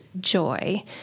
joy